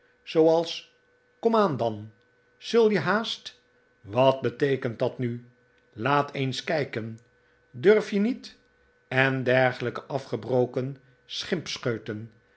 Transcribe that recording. zooals komaan dan zul je haast wat beteekent dat nu laat eens kijken durf je niet en dergelijke afgebroken